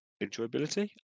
enjoyability